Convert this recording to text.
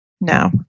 no